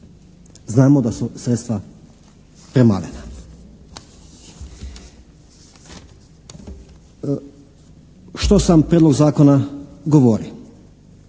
Znamo da su sredstva premalena. Što sam Prijedlog zakona govori?